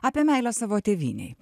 apie meilę savo tėvynei